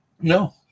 No